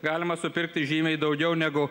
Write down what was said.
galima supirkti žymiai daugiau negu